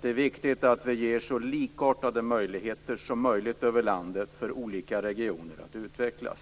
Det är viktigt att det ges så likartade möjligheter som möjligt för olika regioner att utvecklas.